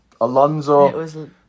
Alonso